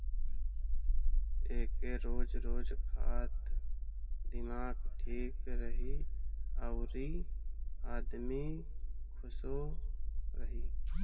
एके रोज रोज खा त दिमाग ठीक रही अउरी आदमी खुशो रही